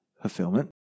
fulfillment